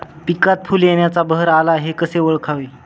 पिकात फूल येण्याचा बहर आला हे कसे ओळखावे?